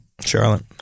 Charlotte